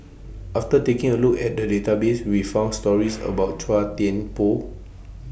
after taking A Look At The Database We found stories about Chua Thian Poh